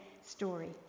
story